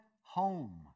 home